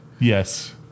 Yes